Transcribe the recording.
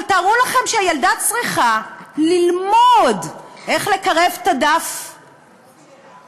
אבל תארו לכם שהילדה צריכה ללמוד איך לקרב את הדף לעיניים,